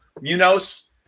Munoz